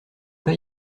pas